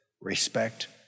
respect